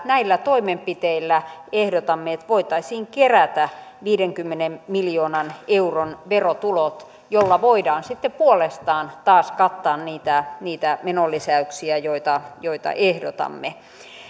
näillä toimenpiteillä ehdotamme että voitaisiin kerätä viidenkymmenen miljoonan euron verotulot joilla voidaan sitten puolestaan taas kattaa niitä niitä menolisäyksiä joita joita ehdotamme